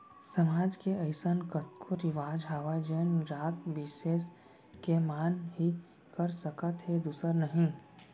समाज के अइसन कतको रिवाज हावय जेन जात बिसेस के मन ही कर सकत हे दूसर नही